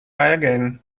again